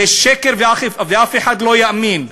לבזות.